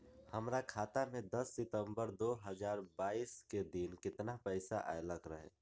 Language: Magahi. हमरा खाता में दस सितंबर दो हजार बाईस के दिन केतना पैसा अयलक रहे?